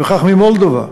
וכך ממולדובה.